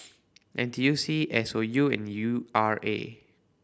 N T U C S O U and U R A